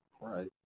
Right